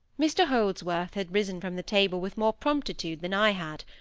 mr holdsworth had risen from the table with more promptitude than i had,